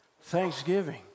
thanksgiving